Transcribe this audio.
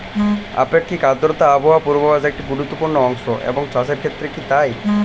আপেক্ষিক আর্দ্রতা আবহাওয়া পূর্বভাসে একটি গুরুত্বপূর্ণ অংশ এবং চাষের ক্ষেত্রেও কি তাই?